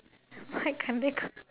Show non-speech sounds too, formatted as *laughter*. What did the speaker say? *laughs* why can't they come